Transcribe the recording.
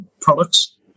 products